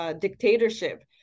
Dictatorship